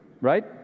right